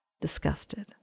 disgusted